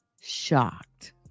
shocked